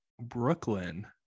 brooklyn